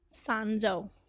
sanzo